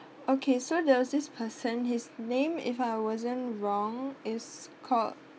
okay so there was this person his name if I wasn't wrong is called